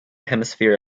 hemisphere